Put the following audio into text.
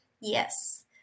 Yes